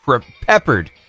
peppered